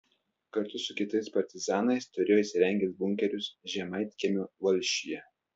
kartu su kitais partizanais turėjo įsirengęs bunkerius žemaitkiemio valsčiuje